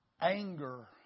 anger